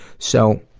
so,